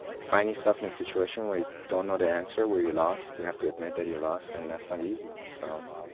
find yourself in a situation where you don't know the answer, where you're lost. you have to admit that you're lost and that's not easy. so, um